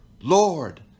Lord